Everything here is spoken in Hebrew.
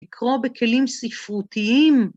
לקרוא בכלים ספרותיים.